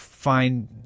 find